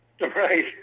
right